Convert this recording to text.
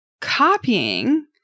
copying